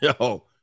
Yo